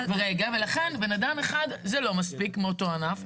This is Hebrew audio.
ולכן בן אדם אחד זה לא מספיק מאותו ענף,